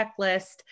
checklist